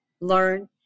learn